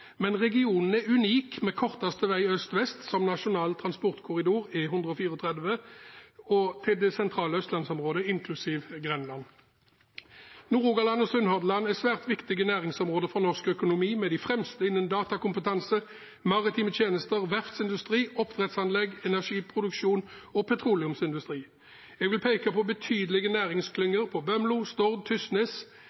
men regionen er unik med korteste vei øst–vest som nasjonal transportkorridor E134 til det sentrale østlandsområdet, inklusiv Grenland. Nord-Rogaland og Sunnhordland er svært viktige næringsområder for norsk økonomi med de fremste innen datakompetanse, maritime tjenester, verftsindustri, oppdrettsanlegg, energiproduksjon og petroleumsindustri. Jeg vil peke på betydelige